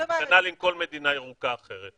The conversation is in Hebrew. כנ"ל עם כל מדינה ירוקה אחרת.